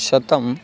शतम्